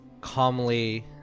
calmly